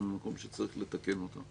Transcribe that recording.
למרות שהוא לא בפעם הראשונה,